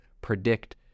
predict